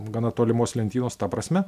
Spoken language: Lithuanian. gana tolimos lentynos ta prasme